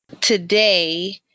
Today